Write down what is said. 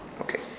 Okay